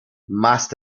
must